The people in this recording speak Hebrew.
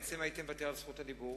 בעצם הייתי מוותר על זכות הדיבור